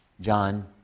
John